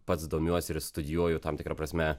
pats domiuosi ir studijuoju tam tikra prasme